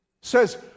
says